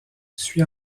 suit